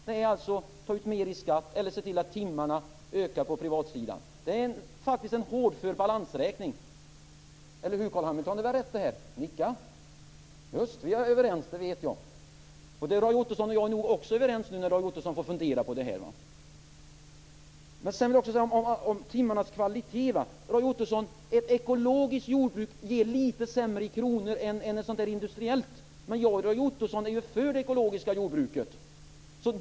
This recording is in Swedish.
Det är att ta ut mer i skatt eller att se till att timmarna ökar på privatsidan. Det är faktiskt en hårdför balansräkning. Eller hur, Carl Hamilton? Det är väl rätt det här? Nicka! Visst är vi överens, det vet jag! Roy Ottosson och jag är nog också överens när Roy Ottosson får fundera på det här. Sedan handlar det om timmarnas kvalitet. Ekologiskt jordbruk ger litet sämre i kronor än ett industriellt jordbruk, Roy Ottosson. Jag och Roy Ottosson är för det ekologiska jordbruket.